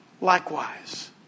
likewise